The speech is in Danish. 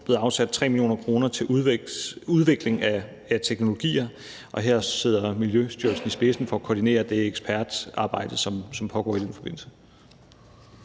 2022 blevet afsat 3 mio. kr. til udvikling af teknologier, og her sidder Miljøstyrelsen i spidsen for at koordinere det ekspertarbejde, som pågår i den forbindelse.